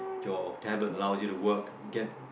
your tablet allows you to work get